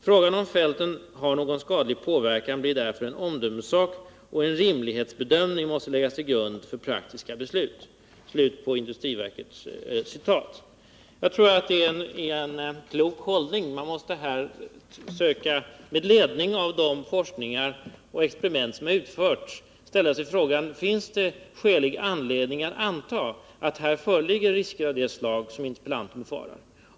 Frågan om fälten har någon skadlig påverkan blir därför en omdömessak och en rimlighetsbedömning måste läggas till grund för praktiska beslut.” Jag tror det är en klok hållning. Man måste här, med ledning av den forskning och de experiment som utförts, ställa frågan: Finns det skälig anledning att anta att här föreligger risker av det slag interpellanten befarar?